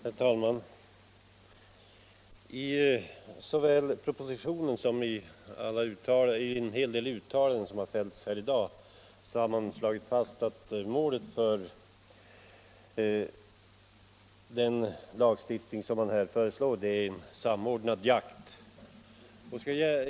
Herr talman! Såväl i propositionen som i en hel del uttalanden som fällts i denna debatt har man slagit fast att målet för den lagstiftning som nu föreslås är en samordnad jakt.